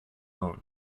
own